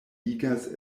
igas